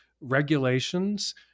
regulations